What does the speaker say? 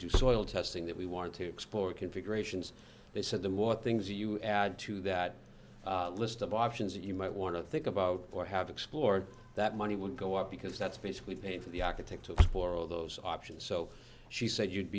do soil testing that we wanted to explore configurations they said the what things you add to that list of options that you might want to think about or have explored that money would go up because that's basically paid for the architect to explore all those options so she said you'd